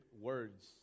words